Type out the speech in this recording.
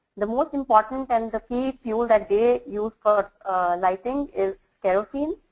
the most important and the key fuel that they used for lighting is kerosene.